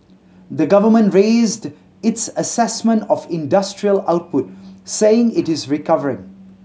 the government raised its assessment of industrial output saying it is recovering